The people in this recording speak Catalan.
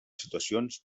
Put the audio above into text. situacions